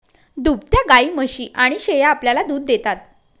दुभत्या गायी, म्हशी आणि शेळ्या आपल्याला दूध देतात